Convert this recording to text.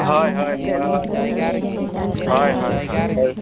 ᱦᱚᱭ ᱦᱚᱭ ᱦᱚᱭ ᱦᱚᱭ ᱦᱚᱭ ᱦᱚᱭ ᱦᱚᱭ